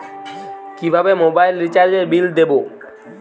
কিভাবে মোবাইল রিচার্যএর বিল দেবো?